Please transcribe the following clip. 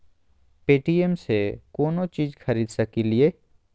Paytm से कौनो चीज खरीद सकी लिय?